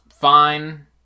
fine